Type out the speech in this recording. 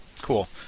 cool